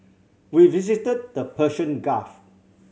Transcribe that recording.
we visited the Persian Gulf